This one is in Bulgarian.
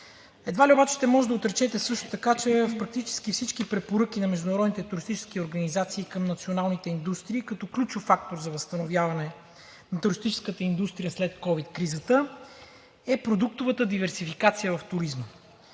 Едва ли обаче ще можете да отречете също така, че практически всички препоръки на международните туристически организации към националните индустрии, като ключов фактор за възстановяване на туристическата индустрия след ковид кризата, е продуктовата диверсификация в туризма.